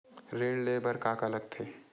ऋण ले बर का का लगथे?